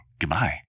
Goodbye